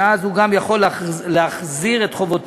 ויכול מאוד להיות שאז הוא גם יכול להחזיר את חובותיו,